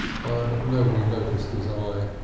but nobody noticed his eye.